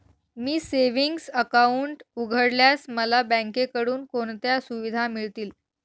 मी savings account उघडल्यास मला बँकेकडून कोणत्या सुविधा मिळतील?